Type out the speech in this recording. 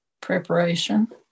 preparation